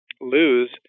lose